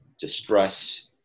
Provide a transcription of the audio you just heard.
distress